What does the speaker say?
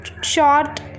short